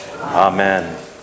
Amen